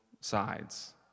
sides